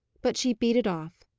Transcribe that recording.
but she beat it off.